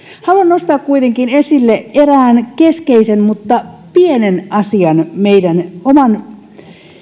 haluan nostaa kuitenkin esille erään keskeisen mutta pienen asian meidän oman